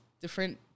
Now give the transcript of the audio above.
different